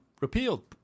repealed